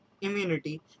immunity